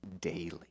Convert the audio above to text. daily